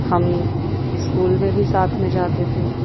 ہم اسکول میں بھی ساتھ میں جاتے تھے